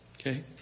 Okay